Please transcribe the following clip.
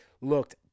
looked